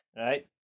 right